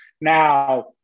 Now